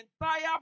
entire